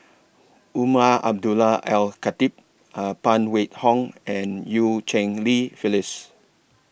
Umar Abdullah Al Khatib Phan Wait Hong and EU Cheng Li Phyllis